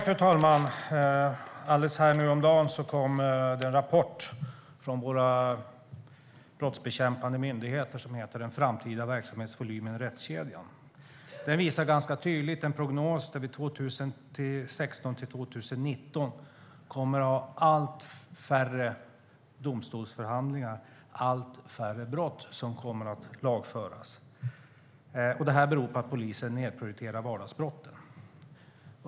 Fru talman! Häromdagen kom en rapport från våra brottsbekämpande myndigheter som heter Den framtida verksamhetsvolymen i rättskedjan . Rapporten visar tydligt en prognos där det under tiden 2016-2019 kommer att bli allt färre domstolsförhandlingar, och allt färre brott kommer att lagföras. Det beror på att polisen nedprioriterar vardagsbrotten.